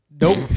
Nope